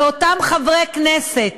לאותם חברי כנסת